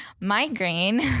migraine